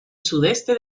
sudeste